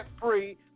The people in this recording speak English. free